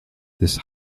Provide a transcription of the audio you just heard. this